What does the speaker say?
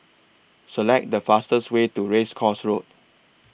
Select The fastest Way to Race Course Road